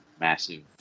massive